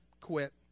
quit